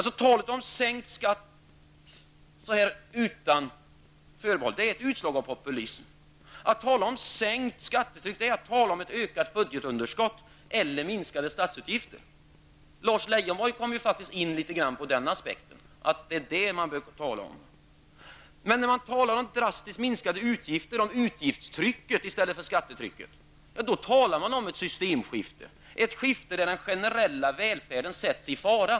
Talet om en sänkning av skatten så här före valet är ett utslag av populism. Att tala om en sänkning av skattetrycket är detsamma som att tala om en ökning av budgetunderskottet eller en minskning av statsutgifterna. Lars Leijonborg kom faktiskt litet grand in på den aspekten. När man talar om drastiskt minskade utgifter i stället för om skattetrycket talar man om ett systemskifte, ett skifte där den generella välfärden sätts i fara.